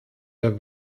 der